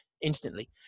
instantly